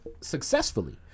successfully